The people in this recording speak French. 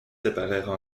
séparèrent